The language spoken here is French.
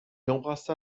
embrassa